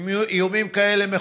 איומים כאלה,